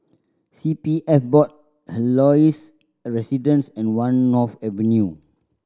C P F Board Helios Residences and One North Avenue